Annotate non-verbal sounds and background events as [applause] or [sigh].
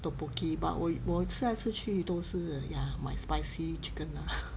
tteokbokki but 我现在是去都去都是买 ya my spicy chicken lah [laughs]